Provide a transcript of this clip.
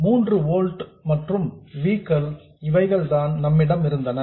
3 olds மற்றும் V கள் இவைகள்தான் நம்மிடம் இருந்தன